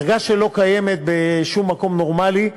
דרגה שלא קיימת בשום מקום נורמלי,